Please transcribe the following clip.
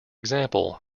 example